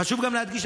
חשוב גם להדגיש,